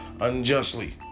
Unjustly